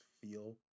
feel